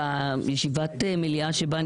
גם הליכודניקים מתביישים במה שהיה אבל לא